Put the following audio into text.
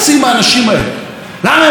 למה הם מעבירים את החוקים האלה?